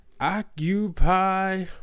Occupy